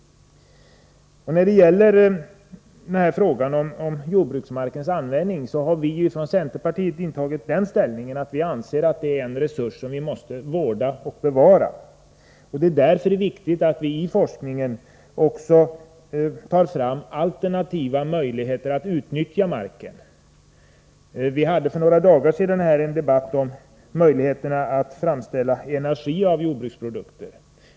När det gäller frågan om jordbruksmarkens användning har centerpartiet den inställningen att jordbruksmarken är en resurs som vi måste vårda och bevara. Vi anser att det därför är viktigt att forskningen tar fram alternativa möjligheter att utnyttja marken. För några dagar sedan hade vi här en debatt om möjligheterna att framställa energi ur jordbruksprodukter.